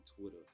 Twitter